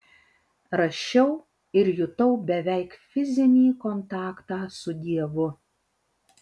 rašiau ir jutau beveik fizinį kontaktą su dievu